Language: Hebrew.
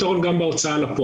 בקשר.